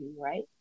right